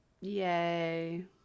Yay